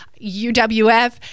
uwf